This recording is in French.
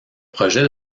projet